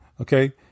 okay